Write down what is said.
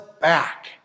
back